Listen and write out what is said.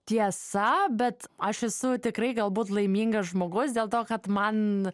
tiesa bet aš esu tikrai galbūt laimingas žmogus dėl to kad man